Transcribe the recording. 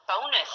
bonus